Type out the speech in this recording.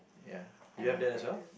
ya you have that as well